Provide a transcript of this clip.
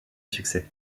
succès